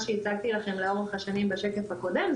שהצגתי לכם לאורך השנים בשקף הקודם,